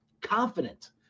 confident